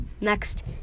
next